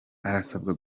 arasabwa